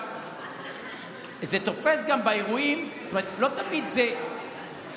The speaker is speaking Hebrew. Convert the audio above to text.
זה תופס גם באירועים, לא תמיד זה מושחת.